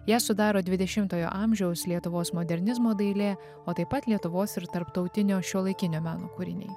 ją sudaro dvidešimtojo amžiaus lietuvos modernizmo dailė o taip pat lietuvos ir tarptautinio šiuolaikinio meno kūriniai